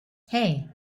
hey